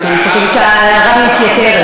אז אני חושבת שההערה מתייתרת.